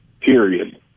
period